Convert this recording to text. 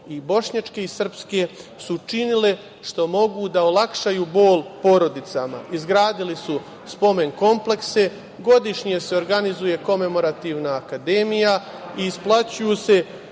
i bošnjačke i srpske, su činile što mogu da olakšaju bol porodicama – izgradili su spomen komplekse, godišnje se organizuje komemorativna akademija i isplaćuje se